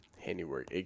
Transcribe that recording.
handiwork